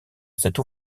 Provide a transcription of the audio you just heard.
cette